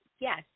Yes